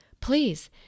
Please